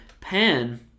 Pan